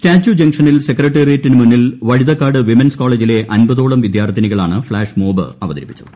statue ജംഗ്ഷനിൽ സെക്രട്ടേറിയറ്റിനു മുന്നിൽ വഴുതക്കാട് വിമൻസ് കോളേജിലെ അൻപതോളം വിദ്യാർത്ഥിനികളാണ് ഫ്ളാഷ് മോബ് അവതരിപ്പിച്ചത്